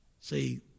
See